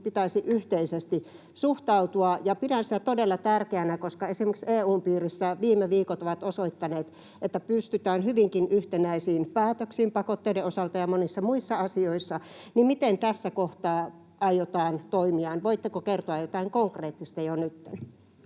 pitäisi yhteisesti suhtautua, ja pidän sitä todella tärkeänä, koska esimerkiksi EU:n piirissä viime viikot ovat osoittaneet, että pystytään hyvinkin yhtenäisiin päätöksiin pakotteiden osalta ja monissa muissa asioissa. Miten tässä kohtaa aiotaan toimia? Voitteko kertoa jotain konkreettista jo nytten?